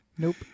Nope